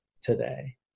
today